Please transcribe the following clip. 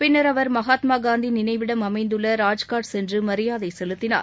பின்னா் அவா் மகாத்மாகாந்தி நினைவிடம் அமைந்துள்ள ராஜ்காட் சென்று மரியாதை செலுத்தினார்